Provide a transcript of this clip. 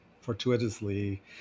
fortuitously